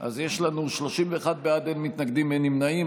אז יש לנו 31 בעד, אין מתנגדים, אין נמנעים.